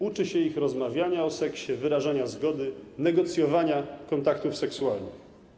Uczy się je rozmawiania o seksie, wyrażania zgody, negocjowania kontaktów seksualnych.